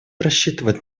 рассчитывать